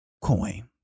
coin